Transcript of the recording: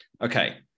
Okay